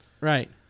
Right